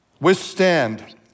Withstand